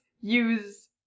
use